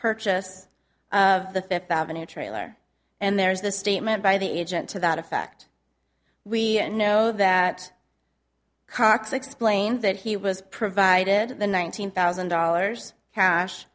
purchase of the fifth avenue trailer and there's the statement by the agent to that effect we know that cox explains that he was provided the nineteen thousand dollars cash